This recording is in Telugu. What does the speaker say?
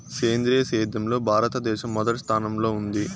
సేంద్రీయ సేద్యంలో భారతదేశం మొదటి స్థానంలో ఉంది